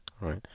Right